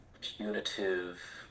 punitive